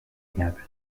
diable